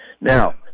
Now